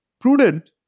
prudent